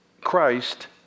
Christ